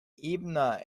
ebner